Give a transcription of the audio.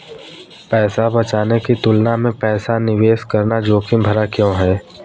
पैसा बचाने की तुलना में पैसा निवेश करना जोखिम भरा क्यों है?